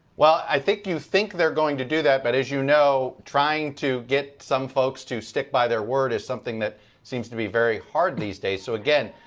well, i think you think theyre going to do that, but as you know, trying to get some folks to stick by their word is something that seems to be very hard these days. so again,